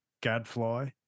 gadfly